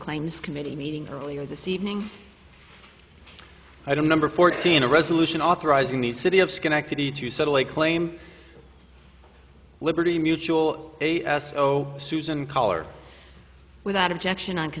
the claims committee meeting earlier this evening i don't number fourteen a resolution authorizing the city of schenectady to settle a claim liberty mutual a s o susan color without objection on